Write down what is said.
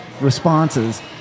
responses